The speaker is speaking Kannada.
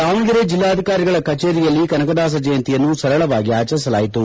ದಾವಣಗೆರೆ ಜಿಲ್ಲಾಧಿಕಾರಿಗಳ ಕಚೇರಿಯಲ್ಲಿ ಕನಕದಾಸ ಜಯಂತಿಯನ್ನು ಸರಳವಾಗಿ ಆಚರಿಸಲಾಯಿತು